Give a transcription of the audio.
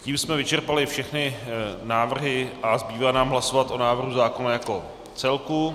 Tím jsme vyčerpali všechny návrhy a zbývá nám hlasovat o návrhu zákona jako celku.